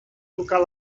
tocar